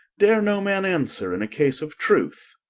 dare no man answer in a case of truth?